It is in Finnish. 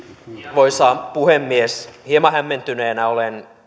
arvoisa puhemies hieman hämmentyneenä olen